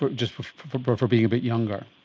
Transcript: but just for but for being a bit younger.